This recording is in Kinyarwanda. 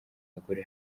bagore